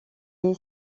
est